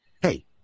Hey